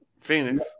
Phoenix